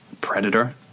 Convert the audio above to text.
Predator